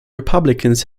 republicans